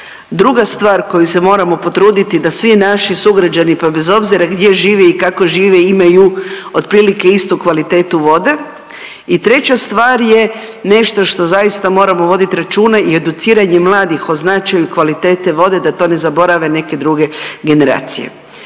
Druga stvar koju se moramo potruditi da svi naši sugrađani, pa bez obzira gdje žive i kako žive imaju otprilike istu kvalitetu vode i treća stvar je nešto što zaista moramo voditi računa i educiranje mladih o značaju kvalitete vode da to ne zaborave neke druge generacije.